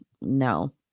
No